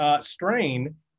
strain